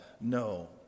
No